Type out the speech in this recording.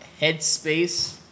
headspace